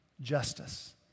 justice